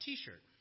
T-shirt